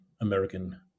American